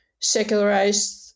secularized